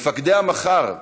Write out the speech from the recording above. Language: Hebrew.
מפקדי המחר,